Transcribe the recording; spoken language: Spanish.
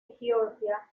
georgia